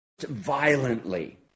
violently